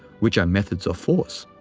which are methods of force.